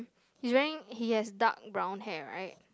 he's wearing he has dark brown hair right